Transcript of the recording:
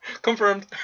Confirmed